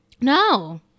no